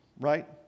right